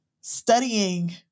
studying